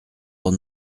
dans